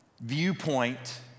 viewpoint